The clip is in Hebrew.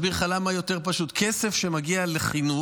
אבל אני דווקא רוצה להסביר לך למה יותר פשוט: כסף שמגיע לחינוך